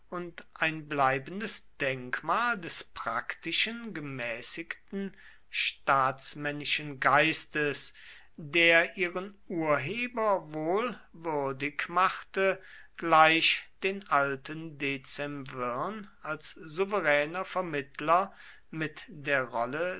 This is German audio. und ein bleibendes denkmal des praktischen gemäßigten staatsmännischen geistes der ihren urheber wohl würdig machte gleich den alten dezemvirn als souveräner vermittler mit der rolle